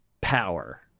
power